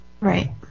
Right